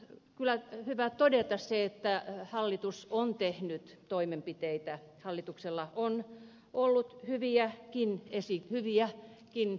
on varmaan hyvä todeta se että hallitus on tehnyt toimenpiteitä hallituksella on ollut hyviäkin esityksiä